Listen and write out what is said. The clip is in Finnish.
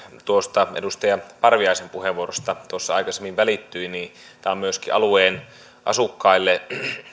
tuosta edustaja parviaisen puheenvuorosta tuossa aikaisemmin välittyi niin tämä on myöskin alueen asukkaille